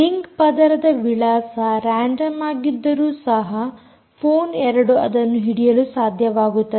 link ಪದರದ ವಿಳಾಸ random ಆಗಿದ್ದರೂ ಸಹ ಫೋನ್ 2 ಅದನ್ನು ಹಿಡಿಯಲು ಸಾಧ್ಯವಾಗುತ್ತದೆ